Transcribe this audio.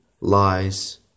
lies